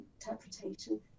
interpretation